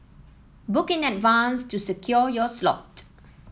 book in advance to secure your slot